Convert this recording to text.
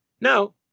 No